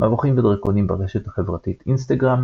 מבוכים ודרקונים, ברשת החברתית אינסטגרם